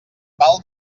pal